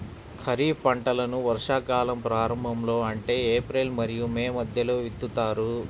ఖరీఫ్ పంటలను వర్షాకాలం ప్రారంభంలో అంటే ఏప్రిల్ మరియు మే మధ్యలో విత్తుతారు